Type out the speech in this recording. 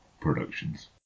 Productions